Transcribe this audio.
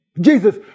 Jesus